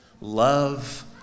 love